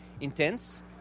Intense